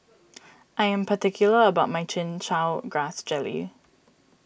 I am particular about my Chin Chow Grass Jelly